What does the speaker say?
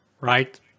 right